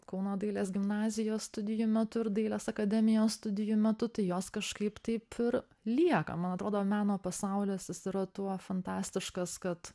kauno dailės gimnazijos studijų metu ir dailės akademijos studijų metu tai jos kažkaip taip ir lieka man atrodo meno pasaulis jis yra tuo fantastiškas kad